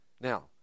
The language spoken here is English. Now